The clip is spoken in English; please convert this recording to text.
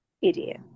Idiot